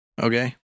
Okay